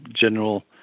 general